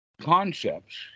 concepts